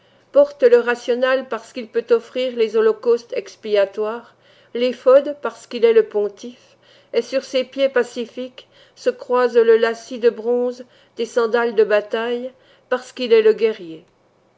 porte le rational parce qu'il peut offrir les holocaustes expiatoires l'éphod parce qu'il est le pontife et sur ses pieds pacifiques se croise le lacis de bronze des sandales de bataille parce qu'il est le guerrier